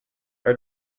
are